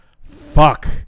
fuck